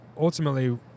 ultimately